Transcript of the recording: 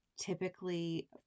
Typically